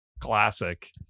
classic